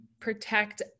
protect